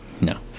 no